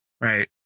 Right